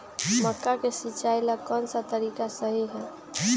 मक्का के सिचाई ला कौन सा तरीका सही है?